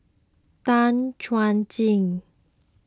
Tan Chuan Jin